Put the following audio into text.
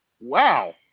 Wow